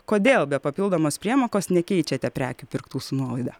kodėl be papildomos priemokos nekeičiate prekių pirktų su nuolaida